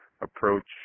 approach